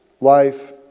life